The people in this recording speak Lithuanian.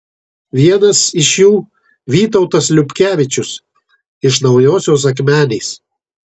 vienas iš jų vytautas liubkevičius iš naujosios akmenės